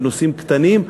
בנושאים קטנים,